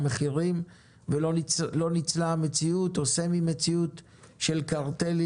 מחירים ולא ניצלה מציאות או סמי מציאות של קרטלים